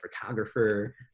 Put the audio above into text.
photographer